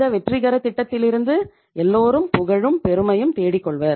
இந்த வெற்றிகர திட்டத்திலிருந்து எல்லோரும் புகழும் பெருமையும் தேடிக் கொள்வர்